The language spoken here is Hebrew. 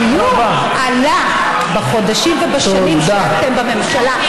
הדיור עלה בחודשים ובשנים שאתם בממשלה.